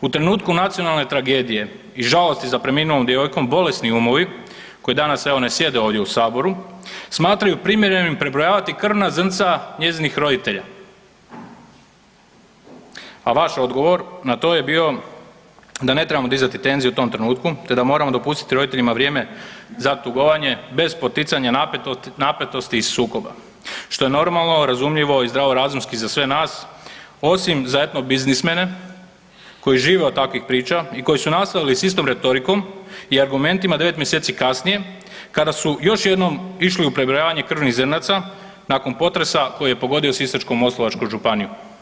U trenutku nacionalne tragedije i žalosti za preminulom djevojkom, bolesni umovi koji danas evo ne sjede ovdje u saboru smatraju primjerenim prebrojavati krvna zrnca njezinih roditelja, a vaš odgovor na to je bio da ne trebamo dizati tenzije u tom trenutku te da moramo dopustiti roditeljima vrijeme za tugovanje bez poticanja napetosti i sukoba što je normalno, razumljivo i zdravorazumski za sve nas osim za etnobiznismene koji žive od takvih priča i koji su nastavili sa istom retorikom i argumentima 9 mjeseci kasnije kada su još jednom išli u prebrojavanje krvnih zrnaca nakon potresa koji je pogodio Sisačko-moslavačku županiju.